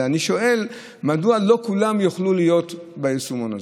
אני שואל מדוע לא כולם יוכלו להיות ביישומון הזה.